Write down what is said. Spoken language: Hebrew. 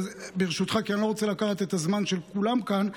ברשותך, אני לא רוצה לקחת את הזמן של כולם כאן.